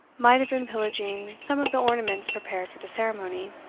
might have been pillaging some of the ornaments prepared for the ceremony,